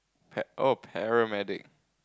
pet oh paramedic